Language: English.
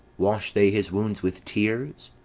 wash they his wounds with tears?